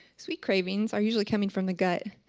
sweet cravings are usually coming from the gut.